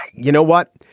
you know what?